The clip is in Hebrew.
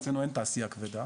אצלנו אין תעשיה כבדה